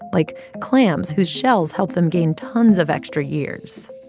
like clams, whose shells help them gain tons of extra years.